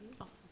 Awesome